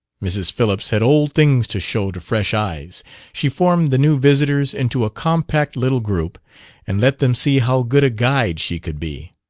mrs. phillips had old things to show to fresh eyes she formed the new visitors into a compact little group and let them see how good a guide she could be.